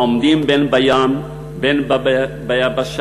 העומדים בין בים ובין ביבשה,